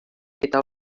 eta